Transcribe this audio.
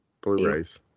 Blu-rays